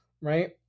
right